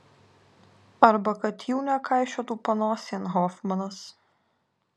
arba kad jų nekaišiotų panosėn hofmanas